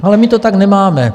Ale my to tak nemáme.